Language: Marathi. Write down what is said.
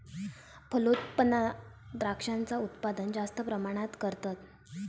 फलोत्पादनात द्रांक्षांचा उत्पादन जास्त प्रमाणात करतत